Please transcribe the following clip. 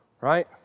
right